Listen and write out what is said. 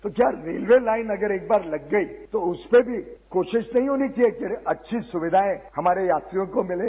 तो क्या railway line अगर एक बार लग गई तो उस पे भी कोशिश नहीं होनी चाहिए कि अच्छी सुविधाएं हमारे यात्रियों को मिले